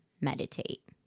meditate